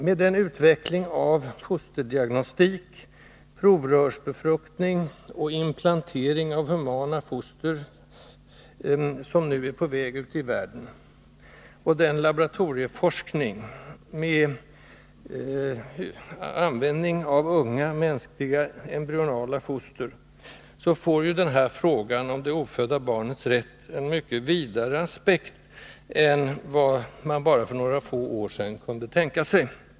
Med den utveckling av fosterdiagnostik, provrörsbefruktning och implantering av humana foster som nu är på väg ute i världen och den laboratorieforskning med användning av unga mänskliga embryonala foster som det berättas om, får frågan om det ofödda barnets rätt en mycket vidare innebörd än vad man för bara några få år sedan kunde tänka sig.